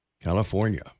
California